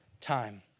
time